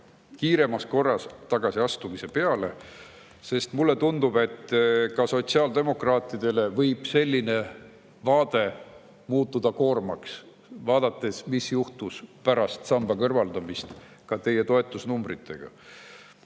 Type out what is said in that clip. kiiremas korras tagasiastumise peale, sest mulle tundub, et ka sotsiaaldemokraatidele võib selline vaade muutuda koormaks, vaadates, mis juhtus pärast samba kõrvaldamist teie toetusnumbritega.